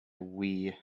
wii